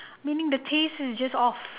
meaning the taste is just off